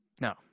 No